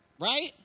Right